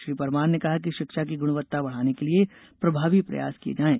श्री परमार ने कहा कि शिक्षा की गुणवत्ता बढ़ाने के लिये प्रभावी प्रयास किये जायें